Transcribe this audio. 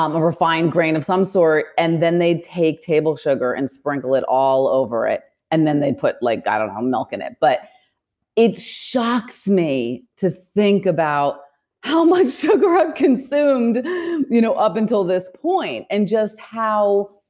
um a refined grain of some sort. and then they'd take table sugar and sprinkle it all over it and then they'd put like. i don't know milk in it, but it shocks me to think about how much sugar i've up consumed you know up until this point and just how.